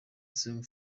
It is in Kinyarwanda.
song